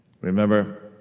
Remember